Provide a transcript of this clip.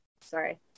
sorry